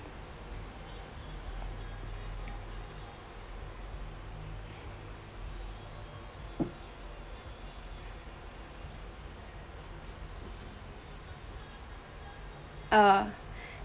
uh